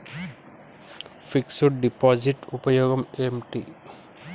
Fix డ్ deposit ఉపయోగం ఏంటి?